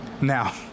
Now